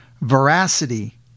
veracity